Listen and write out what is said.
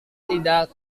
tidak